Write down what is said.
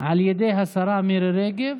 על ידי השרה מירי רגב,